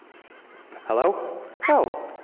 hello? oh,